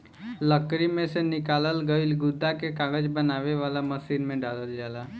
लकड़ी में से निकालल गईल गुदा के कागज बनावे वाला मशीन में डालल जाला